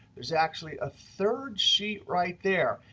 there's actually a third sheet right there.